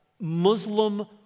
Muslim